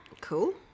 Cool